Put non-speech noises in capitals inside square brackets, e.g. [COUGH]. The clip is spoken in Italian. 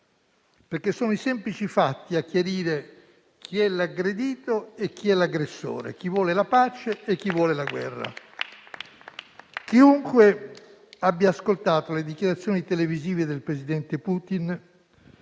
perché sono i semplici fatti a chiarire chi è l'aggredito e chi è l'aggressore, [APPLAUSE] chi vuole la pace e chi vuole la guerra. Chiunque abbia ascoltato le dichiarazioni televisive del presidente Putin,